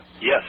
Yes